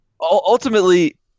ultimately